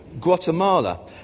Guatemala